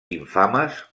infames